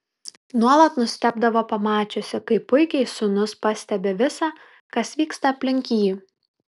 nuolat nustebdavo pamačiusi kaip puikiai sūnus pastebi visa kas vyksta aplink jį